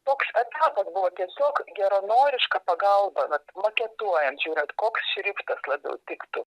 toks etapas buvo tiesiog geranoriška pagalba vat maketuojant žiūrint koks šriftas labiau tiktų